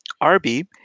Arby